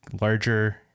larger